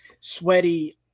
sweaty